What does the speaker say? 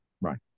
Right